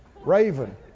raven